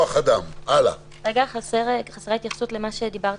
בנוגע לסעיפים המתייחסים לקטינים.